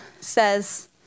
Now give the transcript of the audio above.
says